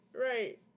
right